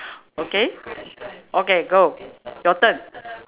okay okay go your turn